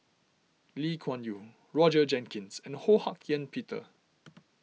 Lee Kuan Yew Roger Jenkins and Ho Hak Ean Peter